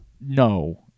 No